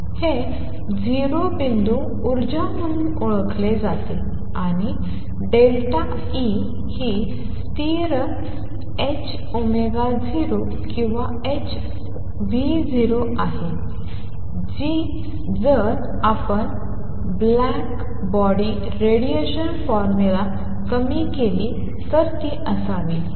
हे 0 बिंदू ऊर्जा म्हणून ओळखले जाते आणि ΔE ही स्थिर 0 किंवा h0आहे जी जर आपण ब्लॅकबॉडी रेडिएशन फॉर्म्युला कमी केली तर ती असावी